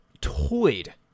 toyed